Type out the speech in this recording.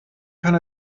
kann